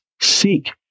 seek